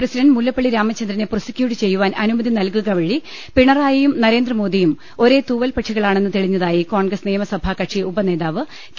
president Mullappally രാമചന്ദ്രനെ prosecute ചെയ്യുവാൻ അനുമതി നൽകുകവഴി പിണ്റായിയും നരേന്ദ്രമോദിയും ഒരേ തൂവൽപക്ഷികളാണെന്നു തെളിഞ്ഞതായി കോൺഗ്രസ് നിയമ സഭാകക്ഷി ഉപനേതാവ് കെ